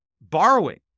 borrowing